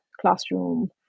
classroom